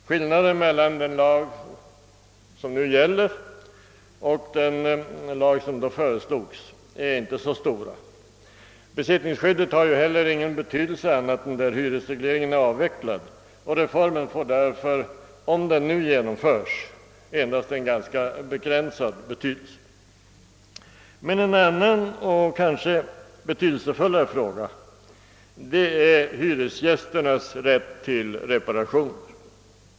Skillnaderna mellan den nu gällande lagen och den som föreslogs är inte så stora. Besittningsskyddet har ju heller ingen betydelse annat än där hyresregleringen är avvecklad och reformen får därför, om den nu genomförs, endast en ganska begränsad betydelse. En annan och kanske betydelsefullare fråga gäller hyresgästernas rätt till reparationer.